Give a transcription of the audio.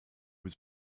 was